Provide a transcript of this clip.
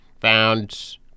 found